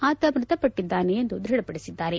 ಆತ ಮೃತಪಟ್ಟಿದ್ದಾನೆ ಎಂದು ದೃಢಪಡಿಸಿದ್ದಾರೆ